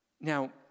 Now